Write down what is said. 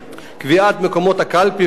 קביעת מקומות הקלפי ועוד.